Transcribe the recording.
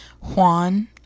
Juan